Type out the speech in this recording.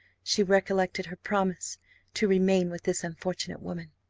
she recollected her promise to remain with this unfortunate woman.